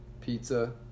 pizza